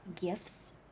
gifts